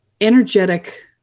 energetic